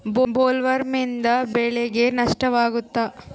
ಬೊಲ್ವರ್ಮ್ನಿಂದ ಬೆಳೆಗೆ ನಷ್ಟವಾಗುತ್ತ?